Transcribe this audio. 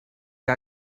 que